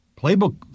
playbook